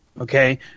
okay